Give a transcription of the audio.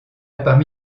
parmi